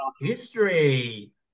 history